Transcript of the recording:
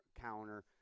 counter